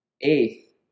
Eighth